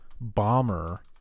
bomber